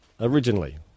Originally